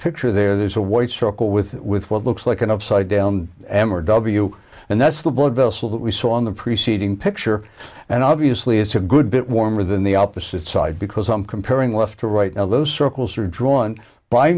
picture there there's a white circle with with what looks like an upside down m or w and that's the blood vessel that we saw in the preceding picture and obviously it's a good bit warmer than the opposite side because i'm comparing left to right now those circles are drawn by